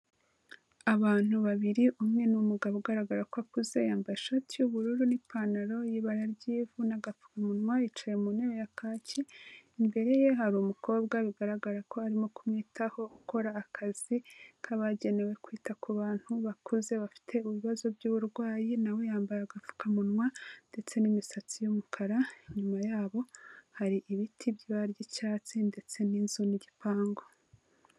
Abantu babiri, umwe ni umugabo ugaragara ko akuze, yambaye ishati y'ubururu n'ipantaro y'ibara ry'ivu n'agapfukamunwa, yicaye mu ntebe ya kake, imbere ye hari umukobwa bigaragara ko arimo kumwitaho ukora akazi k'abagenewe kwita ku bantu bakuze bafite ibibazo by'uburwayi, na we yambaye agapfukamunwa ndetse n'imisatsi y'umukara, inyuma yabo hari ibiti by'ibara ry'icyatsi ndetse n'inzu n'igipangu.